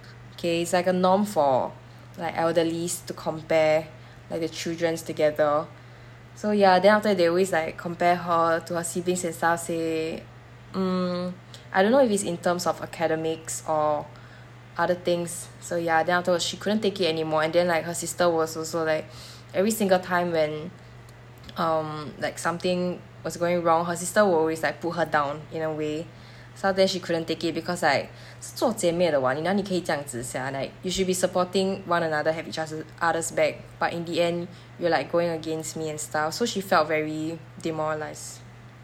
okay it's like a norm elderly to compare like the children's together so ya then after that they always like compare her to her siblings and stuff say um I don't know if it's in terms of academics or other things so ya then afterwards she couldn't take it anymore and then like her sister was also like every single time when um like something was going wrong her sister will always like put her down in a way so after that she couldn't take it because like 是做姐妹的 [what] 你哪里可以这样子 sia like you should be supporting one another have each oth~ other's back but in the end you like going against me and stuff so she felt very demoralised